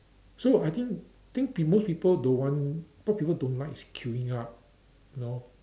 so I think think p~ most people don't want what people don't like is queuing up you know